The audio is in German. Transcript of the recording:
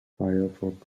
firefox